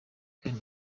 kane